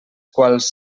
quals